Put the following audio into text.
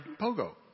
Pogo